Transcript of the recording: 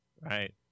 right